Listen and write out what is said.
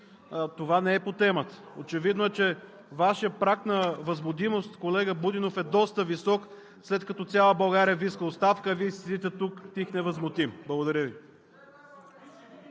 това не е по темата. Очевидно е, че Вашият праг на възбудимост, колега Будинов, е доста висок, след като цяла България Ви иска оставката, а Вие си седите тук „тих, невъзмутим“. Благодаря Ви.